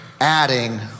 adding